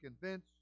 convince